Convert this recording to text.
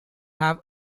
have